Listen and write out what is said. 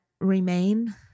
remain